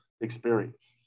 experience